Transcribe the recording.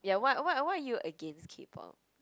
ya what what why are you against K-Pop